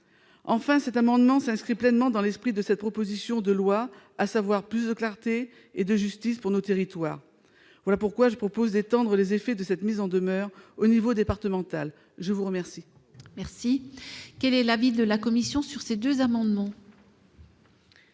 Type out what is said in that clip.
Enfin, cet amendement s'inscrit pleinement dans l'esprit de cette proposition de loi, à savoir plus de clarté et de justice pour nos territoires. Voilà pourquoi je propose d'étendre les effets de cette mise en demeure au niveau départemental. Quel est l'avis de la commission ? L'amendement